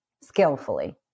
skillfully